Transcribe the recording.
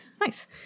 Nice